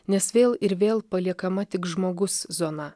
nes vėl ir vėl paliekama tik žmogus zona